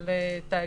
של תאגידים.